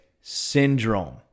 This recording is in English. syndrome